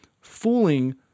fooling